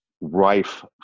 rife